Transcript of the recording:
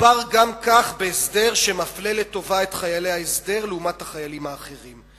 מדובר גם כך בהסדר שמפלה לטובה את חיילי ההסדר לעומת החיילים האחרים.